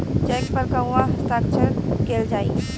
Check पर कहवा हस्ताक्षर कैल जाइ?